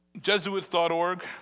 Jesuits.org